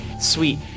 Sweet